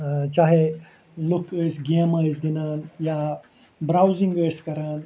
چاہے لُکھ ٲسۍ گیمہٕ ٲسۍ گِنٛدان یا برٛاوزِنٛگ ٲسۍ کَران